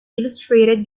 illustrated